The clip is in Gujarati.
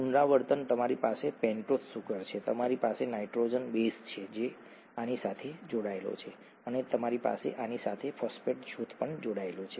પુનરાવર્તન તમારી પાસે પેન્ટોઝ સુગર છે તમારી પાસે નાઇટ્રોજનસ બેઝ છે જે આની સાથે જોડાયેલો છે અને તમારી પાસે આની સાથે ફોસ્ફેટ જૂથ જોડાયેલું છે